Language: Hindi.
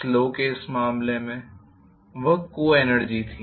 स्लो केस मामले में वह को एनर्जी थी